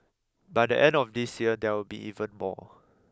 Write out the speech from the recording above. by the end of this year there will be even more